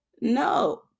no